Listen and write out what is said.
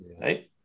right